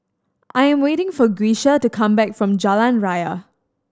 I'm waiting for Grecia to come back from Jalan Ria